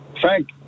Frank